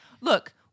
Look